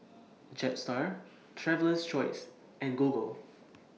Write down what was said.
Jetstar Traveler's Choice and Google